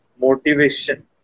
Motivation